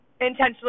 intentionally